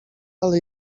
ale